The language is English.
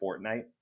Fortnite